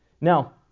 Now